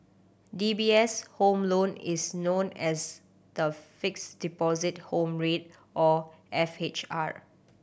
D B S Home Loan is known as the Fixed Deposit Home Rate or F H R